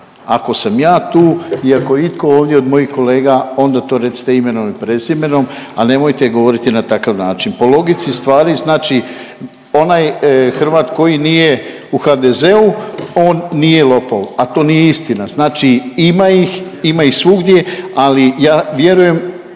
Ako sam ja tu i ako itko ovdje od mojih kolega onda to recite imenom i prezimenom, a nemojte govoriti na takav način. Po logici stvari znači onaj Hrvat koji nije u HDZ-u on nije lopov, a to nije istina. Znači ima ih, ima ih svugdje, ali ja vjerujem